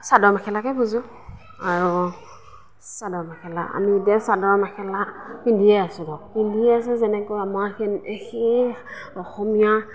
চাদৰ মেখেলাকে বুজোঁ আৰু চাদৰ মেখেলা আমি এতিয়া চাদৰ মেখেলা পিন্ধিয়ে আছোঁ ধৰক পিন্ধি আছোঁ যেনেকৈ সেই অসমীয়া